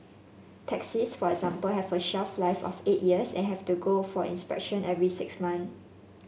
taxis for example have a shelf life of eight years and have to go for inspection every six months